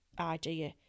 idea